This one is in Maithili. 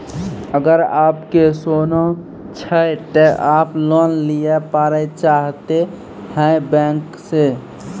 अगर आप के सोना छै ते आप लोन लिए पारे चाहते हैं बैंक से?